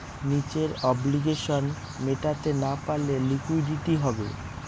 নিজের অব্লিগেশনস মেটাতে না পারলে লিকুইডিটি হবে